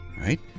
right